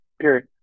period